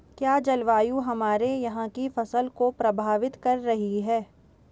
क्या जलवायु हमारे यहाँ की फसल को प्रभावित कर रही है?